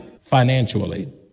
financially